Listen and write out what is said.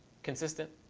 consistent.